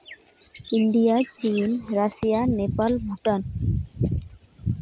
India Chile Russia Nepal Bhutan